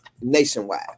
nationwide